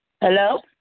Hello